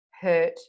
hurt